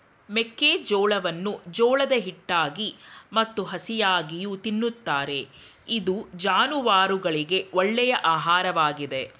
ಮೆಕ್ಕೆಜೋಳವನ್ನು ಜೋಳದ ಹಿಟ್ಟಾಗಿ ಮತ್ತು ಹಸಿಯಾಗಿಯೂ ತಿನ್ನುತ್ತಾರೆ ಇದು ಜಾನುವಾರುಗಳಿಗೆ ಒಳ್ಳೆಯ ಆಹಾರವಾಗಿದೆ